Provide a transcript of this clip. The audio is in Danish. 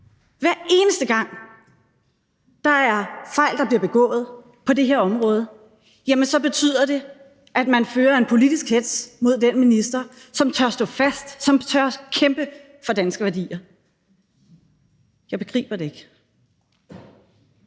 hver eneste gang der bliver begået fejl på det her område – hver eneste gang – betyder, at man fører en politisk hetz mod den minister, som tør stå fast, og som tør kæmpe for danske værdier? Jeg begriber det ikke.